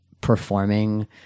performing